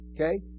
Okay